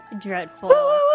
Dreadful